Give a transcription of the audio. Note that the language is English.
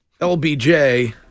LBJ